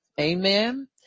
Amen